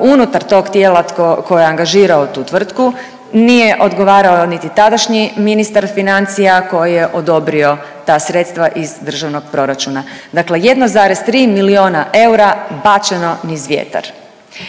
unutar tog tijela tko je angažirao tu tvrtku, nije odgovarao niti tadašnji ministar financija koji je odobrio ta sredstva iz državnog proračuna. Dakle, 1,3 miliona eura bačeno niz vjetar.